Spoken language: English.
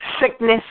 sickness